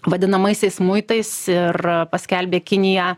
vadinamaisiais muitais ir paskelbė kiniją